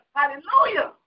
Hallelujah